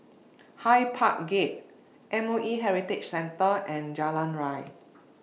Hyde Park Gate M O E Heritage Centre and Jalan Ria